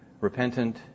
repentant